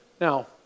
Now